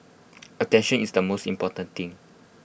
attention is the most important thing